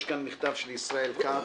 יש פה מכתב של השר ישראל כץ: